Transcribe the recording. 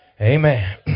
Amen